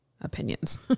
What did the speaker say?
opinions